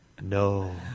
No